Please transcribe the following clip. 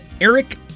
Eric